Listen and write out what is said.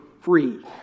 free